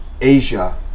Asia